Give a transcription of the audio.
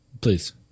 Please